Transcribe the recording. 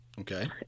Okay